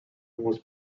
was